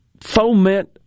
foment